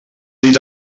dit